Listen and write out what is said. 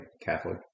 Catholic